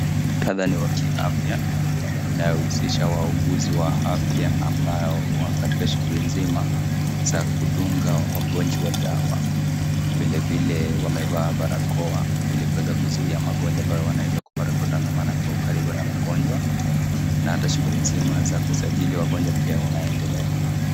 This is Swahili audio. Muktadha ni wa afya inayohusisha wauguzi wa afya ambao wako katika shughuli nzima za kudunga wagonjwa dawa. Vilevile wamevaa barakoa ili kuweza kuzuia magonjwa ambayo wanawezapata kwa kutangamana kwa ukaribu na mgonjwa na hata shughuli nzima za kusajili wagonjwa pia unaendelea.